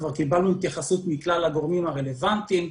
כבר קיבלנו התייחסות מכלל הגורמים הרלוונטיים,